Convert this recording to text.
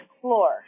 floor